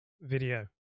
video